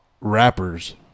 rappers